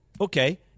Okay